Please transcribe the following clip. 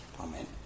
Amen